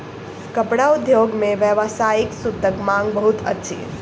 कपड़ा उद्योग मे व्यावसायिक सूतक मांग बहुत अछि